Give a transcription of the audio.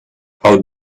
how